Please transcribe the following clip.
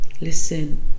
Listen